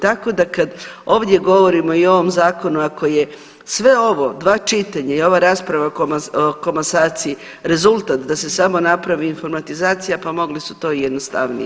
Tako da kad ovdje govorimo i o ovom zakonu ako je sve ovo dva čitanja i ova rasprava o komasaciji rezultat da se samo napravi informatizacija, pa mogli su to i jednostavnije.